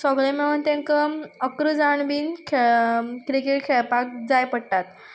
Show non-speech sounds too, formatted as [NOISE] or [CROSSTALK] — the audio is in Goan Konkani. सगळे मेळोन तेंकां इकरा जाण बीन [UNINTELLIGIBLE] क्रिकेट खेळपाक जाय पडटात